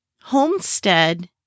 Homestead